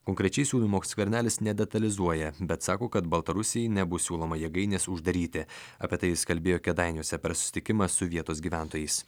konkrečiai siūlymo skvernelis nedetalizuoja bet sako kad baltarusijai nebus siūloma jėgainės uždaryti apie tai jis kalbėjo kėdainiuose per susitikimą su vietos gyventojais